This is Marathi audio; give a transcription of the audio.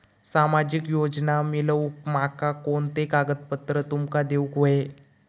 सामाजिक योजना मिलवूक माका कोनते कागद तुमका देऊक व्हये?